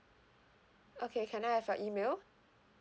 okay can I have your email